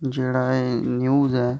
जेह्ड़ा एह् न्यूज़ ऐ